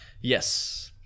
Yes